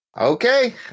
Okay